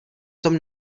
tom